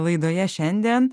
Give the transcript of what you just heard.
laidoje šiandien